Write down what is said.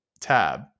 tab